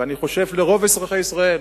ואני חושב שלרוב אזרחי ישראל,